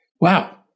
Wow